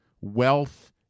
wealth